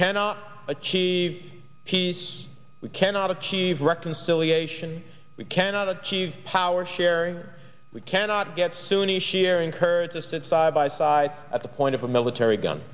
cannot achieve peace we cannot achieve reconciliation we cannot achieve power sharing we cannot get sunni shia and kurd to sit side by side at the point of a military gun